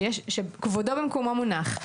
שכבודו במקומו מונח,